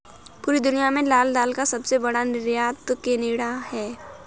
पूरी दुनिया में लाल दाल का सबसे बड़ा निर्यातक केनेडा है